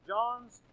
John's